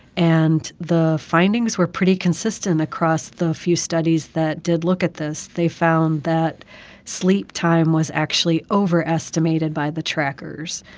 and the findings were pretty consistent across the few studies that did look at this. they found that sleep time was actually overestimated by the trackers.